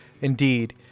Indeed